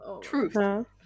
Truth